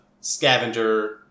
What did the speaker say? scavenger